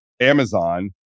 Amazon